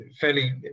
fairly